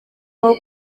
nko